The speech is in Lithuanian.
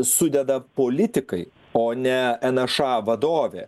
sudeda politikai o ne en a ša vadovė